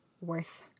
worth